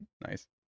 Nice